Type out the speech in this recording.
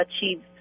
achieve